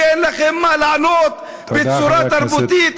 ואין לכם מה לענות בצורה תרבותית,